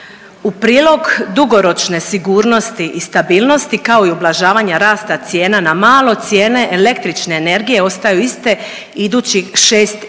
U prilog dugoročne sigurnosti i stabilnosti kao i ublažavanja cijena na malo cijene električne energije ostaju iste idućih 6 mjeseci,